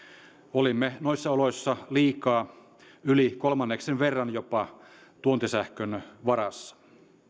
olimme noissa oloissa liikaa jopa yli kolmanneksen verran tuontisähkön varassa